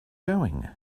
going